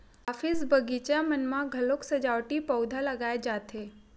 office, बगीचा मन म घलोक सजावटी पउधा लगाए जाथे